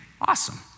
awesome